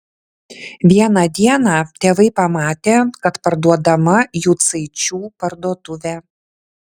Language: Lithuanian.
vieną dieną tėvai pamatė kad parduodama jucaičių parduotuvė